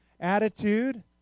attitude